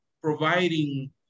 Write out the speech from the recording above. providing